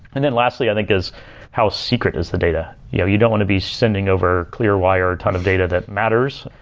and then lastly, i think is how secret is the data yeah you don't want to be sending over clear wire ton of data that matters.